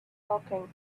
talking